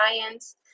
science